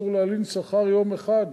אסור להלין שכר יום אחד,